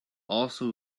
also